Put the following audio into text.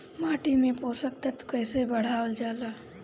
माटी में पोषक तत्व कईसे बढ़ावल जाला ह?